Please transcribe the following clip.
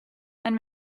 and